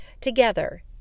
Together